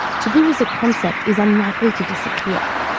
taboo as a concept is unlikely to disappear.